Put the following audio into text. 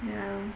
ya